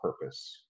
purpose